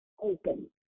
open